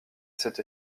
cette